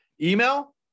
Email